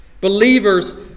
Believers